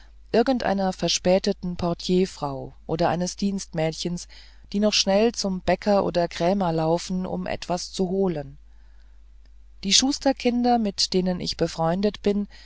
einer verspäteten portierfrau oder eines dienstmädchens die noch schnell zum bäcker oder krämer laufen um etwas zu holen die schusterkinder mit denen ich befreundet bin